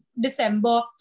December